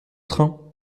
train